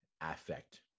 affect